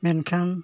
ᱢᱮᱱᱠᱷᱟᱱ